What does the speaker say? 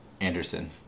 Anderson